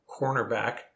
cornerback